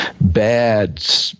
bad